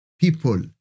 people